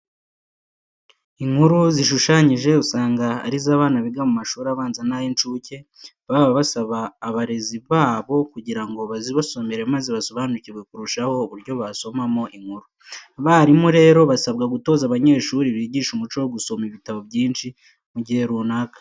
Inkuru zishushanyije usanga ari zo abana biga mu mashuri abanza n'ay'incuke baba basaba abarezi babo kugira ngo bazibasomere maze basobanukirwe kurushaho uburyo basomamo inkuru. Abarimu rero basabwa gutoza abanyeshuri bigisha umuco wo gusoma ibitabo byinshi mu gihe runaka.